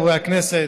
הכנסת,